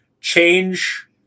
change